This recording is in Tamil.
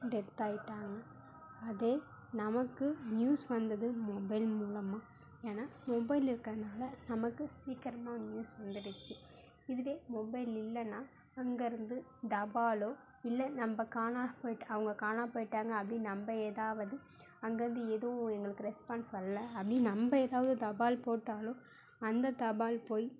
டெத் ஆயிட்டாங்கள் அதே நமக்கு நியூஸ் வந்தது மொபைல் மூலமாக ஏன்னா மொபைல் இருக்கிறதனால நமக்கு சீக்கிரமாக நியூஸ் வந்துடுச்சு இதுவே மொபைல் இல்லைன்னா அங்கேருந்து தபாலோ இல்லை நம்ம காணாம போய்ட்டு அவங்க காணாம போய்ட்டாங்க அப்படின்னு நம்ம ஏதாவது அங்கேருந்து எதுவும் எங்களுக்கு ரெஸ்பான்ஸ் வரல ஐ மீன் நம்ம ஏதாவது தபால் போட்டாலோ அந்த தபால் போய்